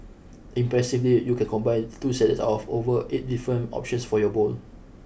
impressively you can combine two salads of of over eight different options for your bowl